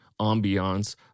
ambiance